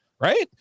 right